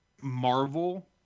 Marvel